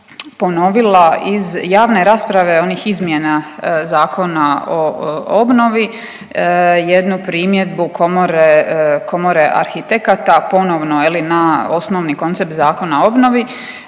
ponovila iz javne rasprave onih izmjena Zakona o obnovi jednu primjedbu Komore arhitekata, ponovno je li na osnovni koncept Zakona o obnovi,